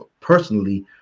personally